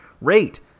rate